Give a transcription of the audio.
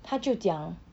他就讲